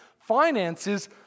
finances